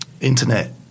internet